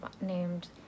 named